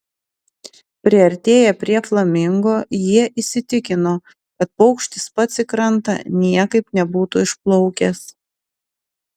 priartėję prie flamingo jie įsitikino kad paukštis pats į krantą niekaip nebūtų išplaukęs